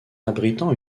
abritant